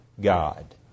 God